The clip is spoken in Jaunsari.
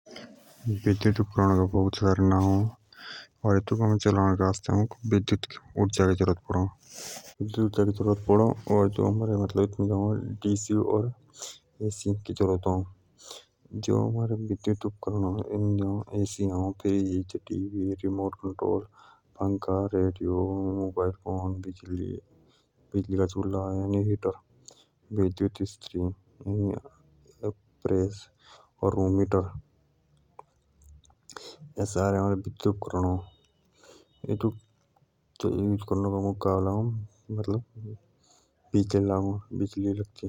लाइट उपकरण के बहुत ते सारे नाव अ एथॉक चलने के आस्थे आमुक लाइट का प्रयोग करों जो हमारे विद्युत उपकरण अ ठेकटोक लिया आमे ऐसी रिमोट टीवी और बहुत सारे इलेक्ट्रिक चीन का उपयोग करो।